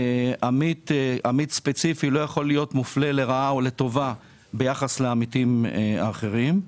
עמית ספציפי לא יכול להיות מופלה לרעה או לטובה ביחס לעמיתים אחרים.